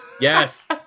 Yes